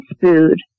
food